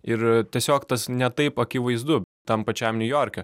ir tiesiog tas ne taip akivaizdu tam pačiam niujorke